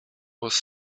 was